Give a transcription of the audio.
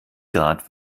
grad